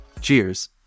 Cheers